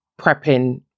prepping